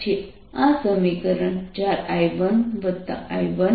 આ સમીકરણ 4I1I12I13I20 V થશે